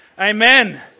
amen